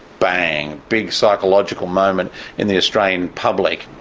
bang, big psychological moment in the australian public.